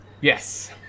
Yes